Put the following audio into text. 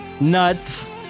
nuts